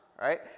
right